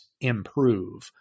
improve